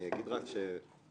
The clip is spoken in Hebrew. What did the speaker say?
אני אגיד רק שמהאוניברסיטאות,